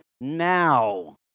now